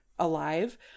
alive